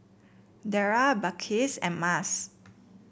Dara Balqis and Mas